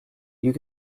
you